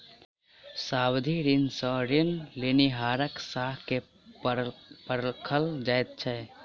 सावधि ऋण सॅ ऋण लेनिहारक साख के परखल जाइत छै